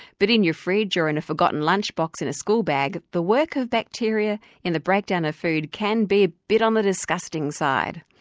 but in your fridge or in a forgotten lunchbox in a school bag, the work of bacteria in the breakdown of food can be a bit on the disgusting side.